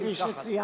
כפי שציינתי,